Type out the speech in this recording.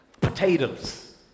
Potatoes